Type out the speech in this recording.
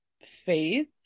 faith